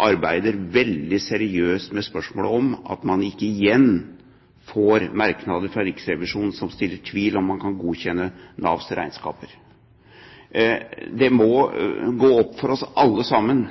arbeider veldig seriøst med spørsmålet, slik at man ikke igjen får merknader fra Riksrevisjonen som reiser tvil om man kan godkjenne Navs regnskaper. Det må gå opp for oss alle sammen